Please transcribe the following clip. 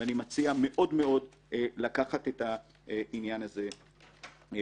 ואני מציע מאוד לקחת את העניין הזה בחשבון.